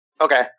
Okay